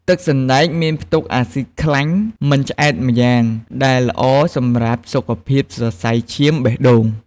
ទឹកសណ្តែកមានផ្ទុកអាស៊ីតខ្លាញ់មិនឆ្អែតម្យ៉ាង ដែលល្អសម្រាប់សុខភាពសរសៃឈាមបេះដូង។